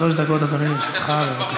שלוש דקות, אדוני, לרשותך.